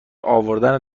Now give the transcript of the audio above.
آوردن